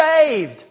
saved